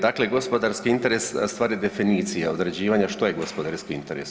Dakle, gospodarski interes stvar je definicije određivanja što je gospodarski interes.